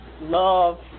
love